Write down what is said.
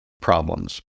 problems